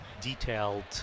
detailed